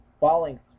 Falling